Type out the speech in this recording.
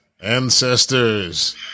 ancestors